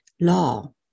law